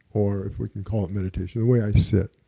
or we can call it meditation, the way i sit.